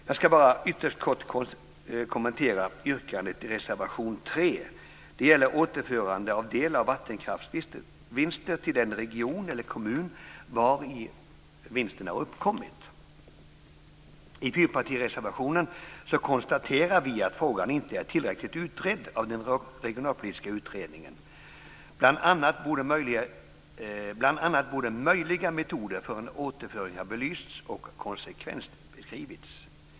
Jag ska bara ytterst kort kommentera yrkandet i reservation 3. Det gäller återförande av en del av vattenkraftsvinsten till den region eller kommun vari vinsten uppkommit. I fyrpartireservationen konstaterar vi att frågan inte är tillräckligt utredd av den regionalpolitiska utredningen. Bl.a. borde möjliga metoder för en återföring ha belysts och konsekvensbeskrivits.